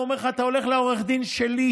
הוא אומר לך: אתה הולך לעורך דין שלי.